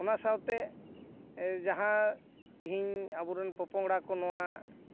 ᱚᱱᱟ ᱥᱟᱶᱛᱮ ᱡᱟᱦᱟᱸ ᱛᱮᱦᱮᱧ ᱟᱵᱚᱨᱮᱱ ᱯᱚᱸᱼᱯᱚᱝᱲᱟᱠᱚ ᱱᱚᱣᱟ